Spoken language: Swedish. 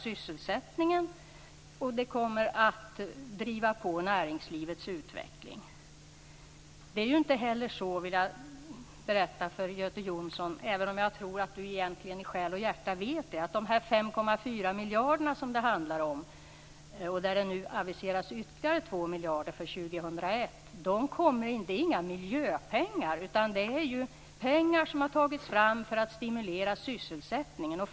Sysselsättningen kommer att öka, och näringslivets utveckling kommer att drivas på. Jag tror att Göte Jonsson i själ och hjärta vet att de 5,4 miljarderna - ytterligare 2 miljarder har aviserats till 2001 - inte är några miljöpengar. Det är pengar som skall stimulera sysselsättningen.